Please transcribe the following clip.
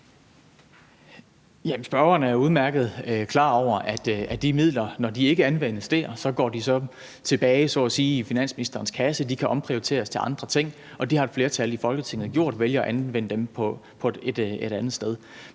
Spørgeren er jo udmærket klar over, at de midler, når de ikke anvendes der, så at sige så går tilbage i finansministerens kasse, og de kan omprioriteres til andre ting, og det har et flertal i Folketinget gjort og valgt at anvende dem et andet sted.